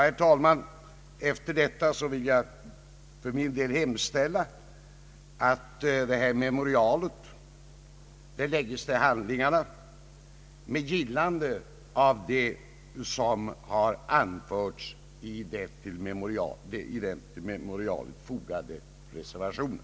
Herr talman! Efter detta vill jag för min del hemställa att memorialet läggs till handlingarna med gillande av det som har anförts i den därtill fogade reservationen.